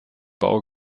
bau